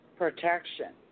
protection